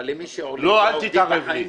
אבל אם --- לא, אל תתערב לי.